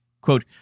Quote